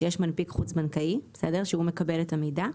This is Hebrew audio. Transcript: שיש מנפיק חוץ בנקאי שהוא מקבל את המידע,